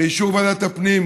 באישור ועדת הפנים,